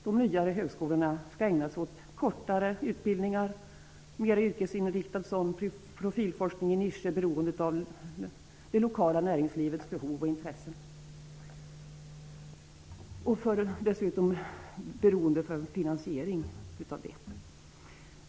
De nyare högskolorna skall ägna sig åt kortare utbildningar, mera yrkesinriktad sådan, och åt profilforskning i nischer, beroende av det lokala näringslivets behov och intressen, dessutom beroende av det lokala näringslivets finansiering.